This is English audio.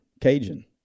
Cajun